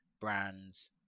brands